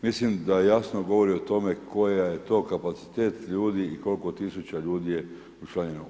Mislim da jasno govori o tome koji je to kapacitet ljudi i koliko tisuća ljudi je učlanjeno.